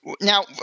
Now